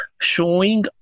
showing